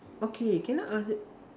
okay can I ask